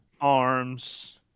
arms